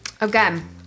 Again